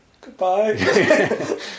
Goodbye